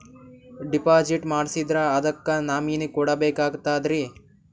Deposit ಮಾಡ್ಸಿದ್ರ ಅದಕ್ಕ nominee ಕೊಡಬೇಕಾಗ್ತದ್ರಿ?